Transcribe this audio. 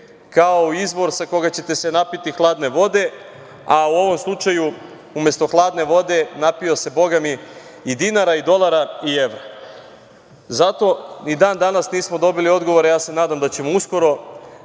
kao izvor sa koga ćete se napiti hladne vode, a u ovom slučaju umesto hladne vode napio se, Boga mi i dinara i dolara i evra. Zato i dan danas nismo dobili odgovor, a ja se nadam da ćemo uskoro,